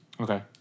Okay